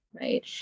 Right